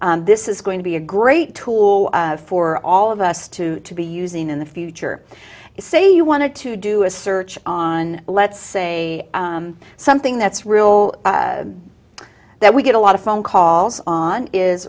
so this is going to be a great tool for all of us to to be using in the future if say you wanted to do a search on let's say something that's real that we get a lot of phone calls on is